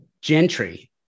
Gentry